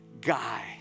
guy